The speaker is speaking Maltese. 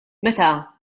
meta